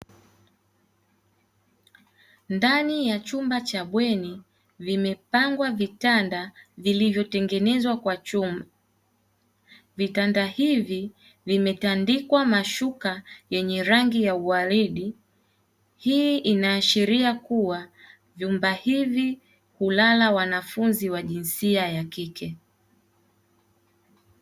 Ndani ya chumba cha bweni vimepangwa vitanda vilivyotengenezwa kwa chuma, vitanda hivi vimetandikwa mashuka yenye rangi ya uwaridi hii inaashiria kuwa vyumba hivi hulala wanafunzi wa jinsia ya kike.